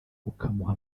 ukamuha